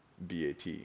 BAT